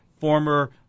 former